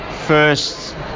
first